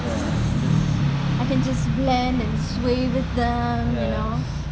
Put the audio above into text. I can just blend and sway with them you know